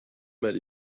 met